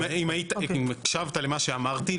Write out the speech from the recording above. אם הקשבת למה שאמרתי,